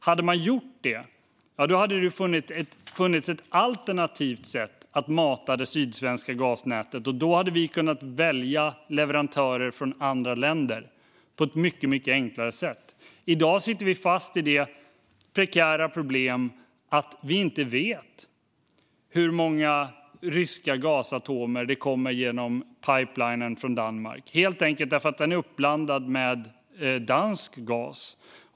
Hade man gjort detta hade det funnits ett alternativt sätt att mata det sydsvenska gasnätet, och då hade vi kunnat välja leverantörer från andra länder på ett mycket enklare sätt. I dag sitter vi fast i det prekära problemet att vi inte vet hur många ryska gasatomer det kommer genom pipelinen från Danmark, helt enkelt därför att den är uppblandad med dansk gas.